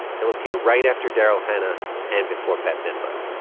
he'll appear right after daryl hannah and before bette midler